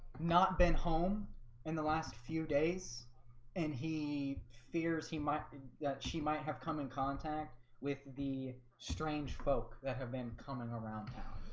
not been home in the last few days and he fears he might that she might have come in contact with the strange folk that have been coming around town